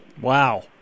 Wow